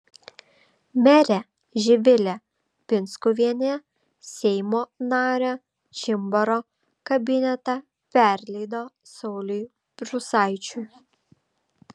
merė živilė pinskuvienė seimo nario čimbaro kabinetą perleido sauliui prūsaičiui